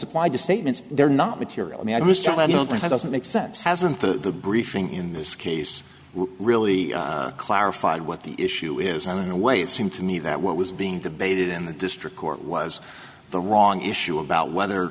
applied to statements they're not material i mean i was struck i don't think it doesn't make sense hasn't the briefing in this case really clarified what the issue is and in a way it seemed to me that what was being debated in the district court was the wrong issue about whether